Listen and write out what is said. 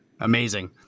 Amazing